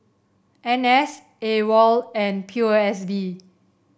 N S AWOL and P O S B